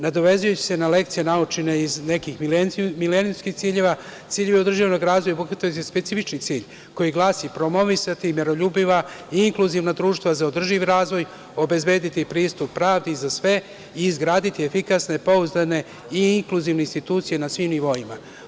Nadovezujući se ne lekcije naučene iz nekih milenijumskih ciljeva, ciljevi održivog razvoja obuhvataju specifični cilj koji glasi – promovisati miroljubiva i inkluzivna društva za održiv razvoj, obezbediti pristup pravdi za sve i izgraditi efikasne, pouzdane i inkluzivne institucije na svim nivoima.